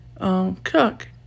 cook